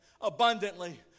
abundantly